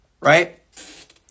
right